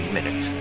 Minute